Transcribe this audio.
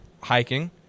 hiking